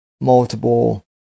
multiple